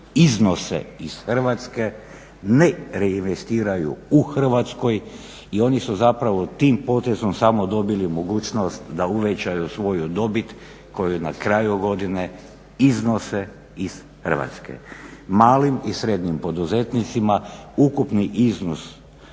iznose iz Hrvatske, ne reinvestiraju u Hrvatskoj. I oni su zapravo tim potezom samo dobili mogućnost da uvećaju svoju dobit koju na kraju godine iznose iz Hrvatske. Malim i srednjim poduzetnicima ukupni iznos